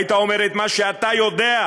היית אומר את מה שאתה יודע,